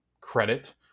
credit